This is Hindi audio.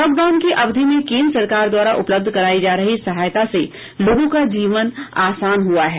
लॉकडाउन की अवधि में केन्द्र सरकार द्वारा उपलब्ध करायी जा रही सहायता से लोगों का जीवन आसान हुआ है